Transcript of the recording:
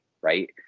Right